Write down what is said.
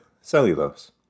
cellulose